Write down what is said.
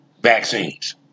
Vaccines